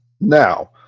Now